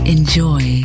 Enjoy